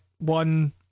one